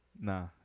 Nah